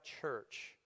church